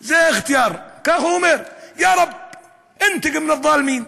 זה, חטיאר, ככה הוא אומר: (אומר משפט בערבית.)